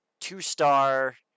two-star